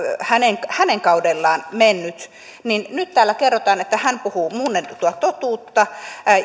hänen hänen kaudellaan ollut ja nyt täällä kerrotaan että hän puhuu muunneltua totuutta